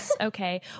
okay